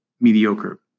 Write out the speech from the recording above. mediocre